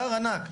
פער ענק,